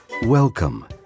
Welcome